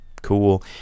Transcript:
cool